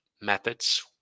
methods